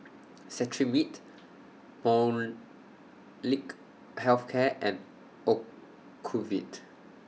Cetrimide Molnylcke Health Care and Ocuvite